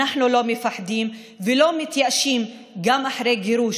אנחנו לא מפחדים ולא מתייאשים גם אחרי גירוש